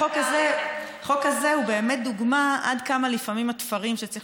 החוק הזה הוא באמת דוגמה עד כמה התפרים שצריך